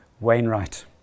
Wainwright